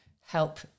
help